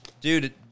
Dude